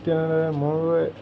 তেতিয়াহ'লে মোৰো